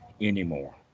anymore